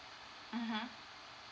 mmhmm